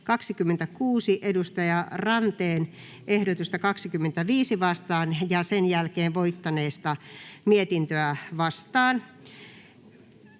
26 Lulu Ranteen ehdotusta 25 vastaan ja sen jälkeen voittaneesta mietintöä vastaan.